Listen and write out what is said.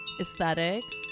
Aesthetics